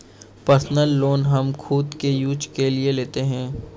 personal loan हम खुद के यूज के लिए लेते है